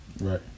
right